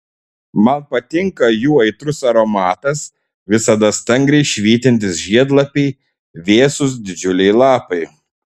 man patinka jų aitrus aromatas visada stangriai švytintys žiedlapiai vėsūs didžiuliai lapai